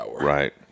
Right